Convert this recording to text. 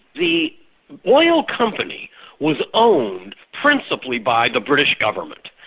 the oil company was owned principally by the british government,